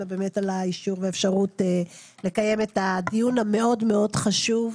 על האישור והאפשרות לקיים את הדיון המאוד חשוב.